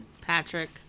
Patrick